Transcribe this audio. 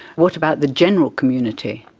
what about the general community?